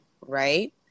right